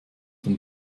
von